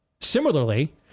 Similarly